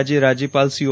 આજે રાજ્યપાલશ્રી ઓ